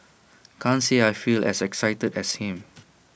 can't say I feel as excited as him